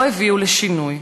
לא הביאו לשינוי,